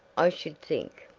i should think.